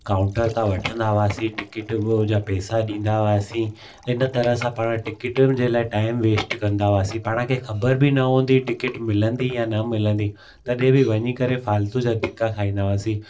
counter तां वठंदा हुआसीं टिकिट जा पैसा ॾींदा हुआसीं इन तरह सां पाण टिकिटुनि जे लाइ टाइम वेस्ट कंदा हुआसीं पाण खे ख़बर बि न हूंदी टिकिट मिलंदी या न मिलंदी तॾहिं बि वञी करे फ़ालतू जा धिक्का खाईंदा हुआसीं